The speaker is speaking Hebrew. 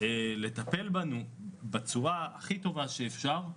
לטפל בנו בצורה הטובה ביותר אבל